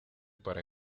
para